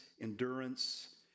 endurance